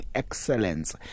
excellence